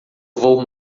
vou